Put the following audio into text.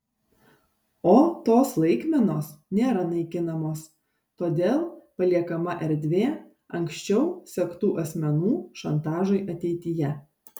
o tos laikmenos nėra naikinamos todėl paliekama erdvė anksčiau sektų asmenų šantažui ateityje